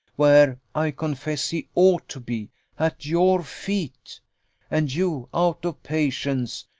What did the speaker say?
where, i confess, he ought to be at your feet and you, out of patience,